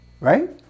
Right